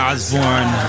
Osborne